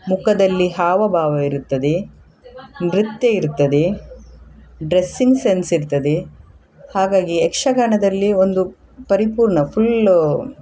ಮುಖದಲ್ಲಿ ಹಾವಭಾವ ಇರುತ್ತದೆ ನೃತ್ಯ ಇರ್ತದೆ ಡ್ರೆಸ್ಸಿಂಗ್ ಸೆನ್ಸ್ ಇರ್ತದೆ ಹಾಗಾಗಿ ಯಕ್ಷಗಾನದಲ್ಲಿ ಒಂದು ಪರಿಪೂರ್ಣ ಫುಲ್ಲು